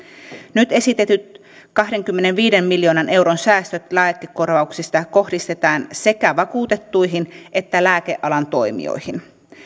nyt esitetyt kahdenkymmenenviiden miljoonan euron säästöt lääkekorvauksista kohdistetaan sekä vakuutettuihin että lääkealan toimijoihin